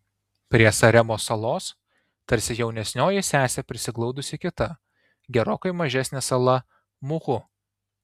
prie saremos salos tarsi jaunesnioji sesė prisiglaudusi kita gerokai mažesnė sala muhu